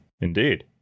indeed